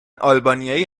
آلبانیایی